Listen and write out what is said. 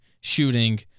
Shooting